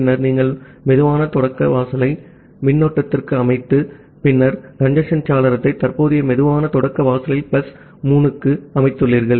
பின்னர் நீங்கள் slow start window மின்னோட்டத்திற்கு அமைத்து பின்னர் கஞ்சேஸ்ன் சாளரத்தை தற்போதைய சுலோ ஸ்டார்ட் விண்டோ பிளஸ் 3 க்கு அமைத்துள்ளீர்கள்